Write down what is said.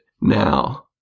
Now